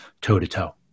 toe-to-toe